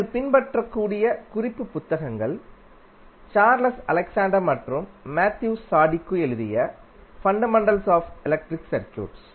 நீங்கள் பின்பற்றக்கூடிய குறிப்பு புத்தகங்கள் சார்லஸ் அலெக்சாண்டர் மற்றும் மேத்யு சாதிகு எழுதிய ஃபண்டமெண்டல் ஆஃப் எலக்ட்ரிக் சர்க்யூட்ஸ்